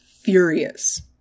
furious